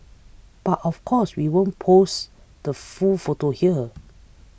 but of course we won't post the full photo here